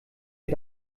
wir